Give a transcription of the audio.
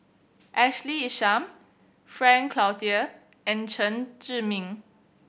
Ashley Isham Frank Cloutier and Chen Zhiming